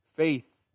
Faith